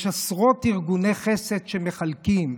יש עשרות ארגוני חסד שמחלקים,